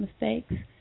mistakes